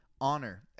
honor